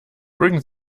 bring